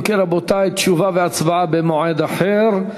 אם כן, רבותי, תשובה והצבעה במועד אחר.